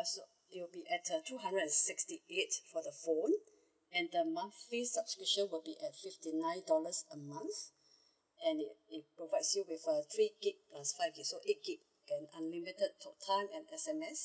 as you will be at a two hundred and sixty eight for the phone and the monthly subscription will be at fifty nine dollars a month and it it provides you with a three gig and five gig so eight gig unlimited talk time and S_M_S